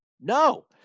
No